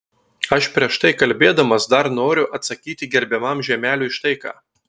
aš prieš tai kalbėdamas dar noriu atsakyti gerbiamam žiemeliui štai ką